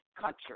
country